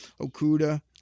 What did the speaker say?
Okuda